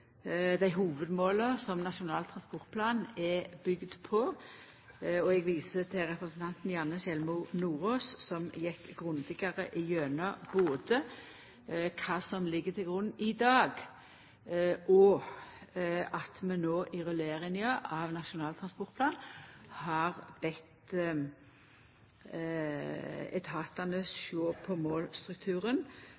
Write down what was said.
dei hovudmåla som Nasjonal transportplan er bygd på. Eg viser til representanten Janne Sjelmo Nordås, som gjekk grundigare igjennom kva som ligg til grunn i dag. No i rulleringa av Nasjonal transportplan har vi bede etatane